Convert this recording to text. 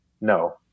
No